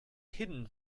hidden